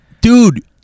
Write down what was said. Dude